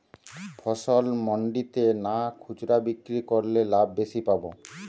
ফসল মন্ডিতে না খুচরা বিক্রি করলে লাভ বেশি পাব?